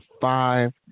five